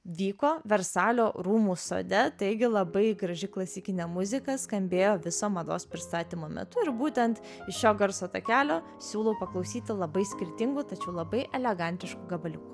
vyko versalio rūmų sode taigi labai graži klasikinė muzika skambėjo visa mados pristatymo metu ir būtent iš šio garso takelio siūlau paklausyti labai skirtingų tačiau labai elegantiškų gabaliukų